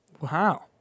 Wow